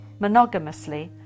monogamously